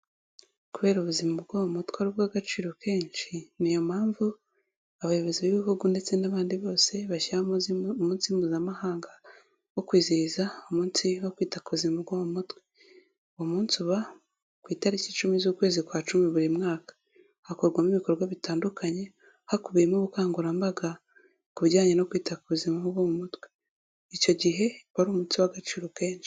Kubera ubuzima bwo mu mutwe ari ubw'agaciro kenshi, ni iyo mpamvu abayobozi b'ibihugu ndetse n'abandi bose bashyiraho umunsi mpuzamahanga wo kwizihiza umunsi wo kwita kuzima bwo mu mutwe, uwo munsi uba ku itariki icumi z'ukwezi kwa cumi buri mwaka, hakorwamo ibikorwa bitandukanye hakubiyemo ubukangurambaga ku bijyanye no kwita ku buzima bwo mu mutwe, icyo gihe uba ari umunsi w'agaciro kenshi.